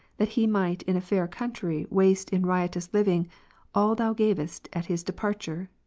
that he might in a far country avaste in riotous living all thou gavest at his departure?